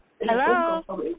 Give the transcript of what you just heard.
Hello